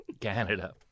Canada